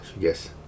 Yes